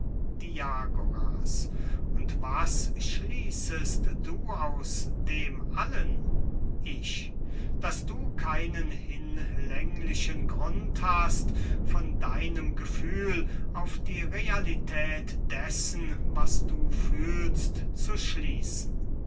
diagoras und was schließest du aus dem allen ich daß du keinen hinlänglichen grund hast von deinem gefühl auf die realität dessen was du fühlst zu schließen